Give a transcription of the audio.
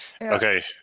Okay